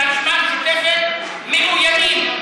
חלק מחברי הכנסת של הרשימה המשותפת מאוימים,